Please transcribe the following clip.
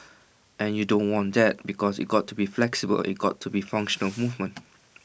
and you don't want that because it's got to be flexible it's got to be functional movement